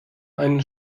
einen